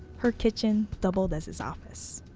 her kitchen doubled as his office.